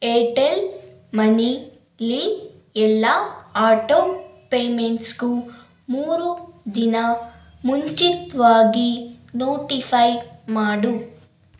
Airtel ಮನಿಲಿ ಎಲ್ಲ auto ಪೇಮೆಂಟ್ಸ್ಗೂ ಮೂರು ದಿನ ಮುಂಚಿತವಾಗಿ ನೋಟಿಫೈ ಮಾಡು